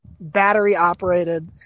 battery-operated